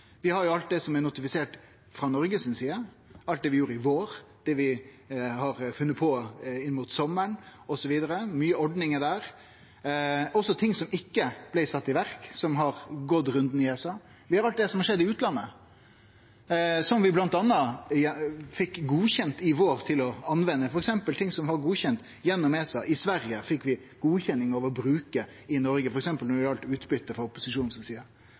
Vi har alt det som er notifisert frå Noregs side, alt det vi gjorde i vår, det vi har funne på inn mot sommaren, osv., det er mange ordningar der, også ting som ikkje blei sette i verk, som har gått runden i ESA. Vi har alt det som har skjedd i utlandet som vi bl.a. fikk godkjent å bruke i vår, f.eks. ting som var godkjende gjennom ESA i Sverige, fekk vi godkjenning til å bruke i Noreg, f.eks. når det gjaldt utbytte, frå opposisjonen si side.